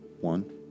one